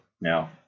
now